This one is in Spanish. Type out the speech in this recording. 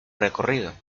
recorrido